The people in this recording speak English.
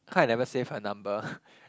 cause I never save her number